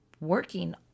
working